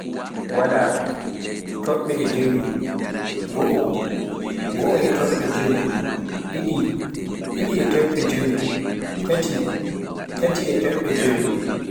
waala, tobbe e jeewi, goo, goo e tobbe jeewi, ɗiɗi, ɗiɗi e tobbe jeewi, taati, taati e tobbe jeewi.